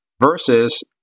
versus